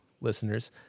listeners